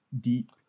deep